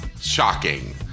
shocking